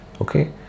okay